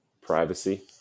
privacy